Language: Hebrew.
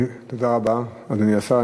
תודה רבה, אדוני השר.